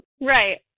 Right